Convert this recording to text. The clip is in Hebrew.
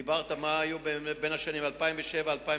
דיברת על מה שהיה בשנים 2007 2009,